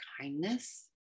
kindness